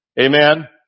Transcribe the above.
Amen